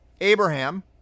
Abraham